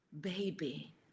baby